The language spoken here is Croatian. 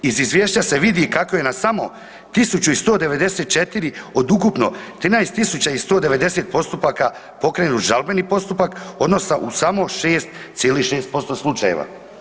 Iz izvješća se vidi kako je na samo 1094 od ukupno 13 190 postupaka pokrenut žalbeni postupak odnosno u samo 6,6% slučajeva.